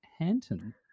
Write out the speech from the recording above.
Hanton